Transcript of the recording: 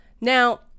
Now